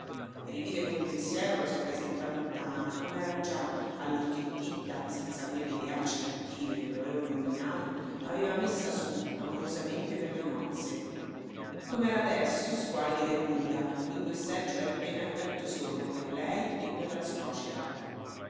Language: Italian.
rivide col pensiero la sua casetta lontana com'era già allorché titta senza quelle ideacce cattive che lo avevano rovinato aveva messa su amorosamente per le nozze com'era adesso squallida e nuda con due seggiole appena e un letto solo per lei e per la suocera